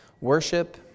worship